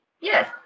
Yes